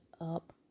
up